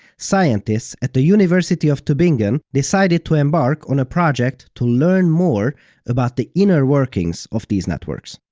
scientists at the university of tubingen decided to embark on a project to learn more about the inner workings of these networks.